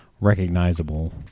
recognizable